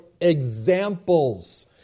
examples